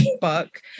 book